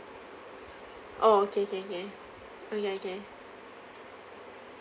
oh okay okay okay oh ya okay